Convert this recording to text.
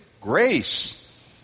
grace